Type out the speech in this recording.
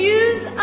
use